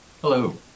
Hello